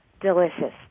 delicious